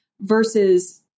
versus